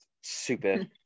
super